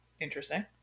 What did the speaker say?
interesting